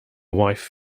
wife